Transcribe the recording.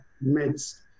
midst